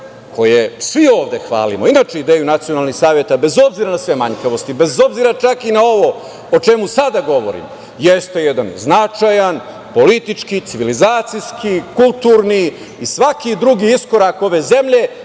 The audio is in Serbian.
koje svi ovde hvalimo. Inače, ideju nacionalnih saveta, bez obzira na sve manjkavosti, bez obzira čak i na ovo o čemu sada govorimo, jeste jedan značajan politički, civilizacijski, kulturni i svaki drugi iskorak ove zemlje,